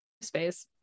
space